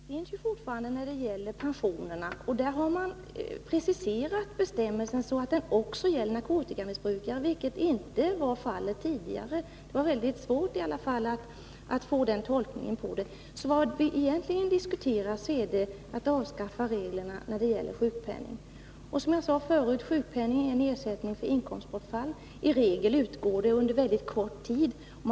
Fru talman! När det gäller pensionerna har man preciserat bestämmelserna också för narkotikamissbrukare, vilket inte var fallet tidigare. Det var i alla händelser svårt att då tolka bestämmelserna. Vad vi därför egentligen diskuterar är att avskaffa reglerna i fråga om sjukpenning. Sjukpenningen är, som jag sade förut, en ersättning för inkomstbortfall, och den utgår i regel under mycket kort tid.